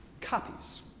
Copies